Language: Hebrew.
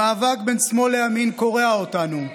המאבק בין שמאל לימין קורע אותנו.